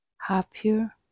happier